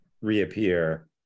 reappear